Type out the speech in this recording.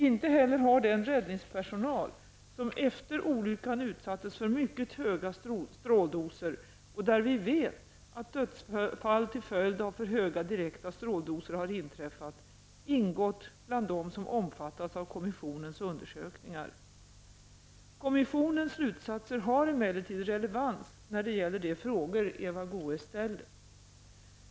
Inte heller har den räddningspersonal som efter olyckan utsattes för mycket höga stråldoser -- vi vet att dödsfall till följd av för höga direkta stråldoser har inträffat -- ingått bland dem som omfattats av kommissionens undersökningar. Kommissionens slutsatser har emellertid relevans när det gäller de frågor Eva Goe s ställt.